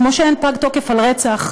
כמו שאין פג תוקף על רצח,